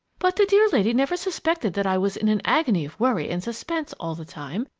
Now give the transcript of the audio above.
but the dear lady never suspected that i was in an agony of worry and suspense all the time,